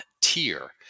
tier